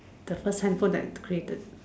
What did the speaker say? the first handphone that created